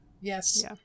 Yes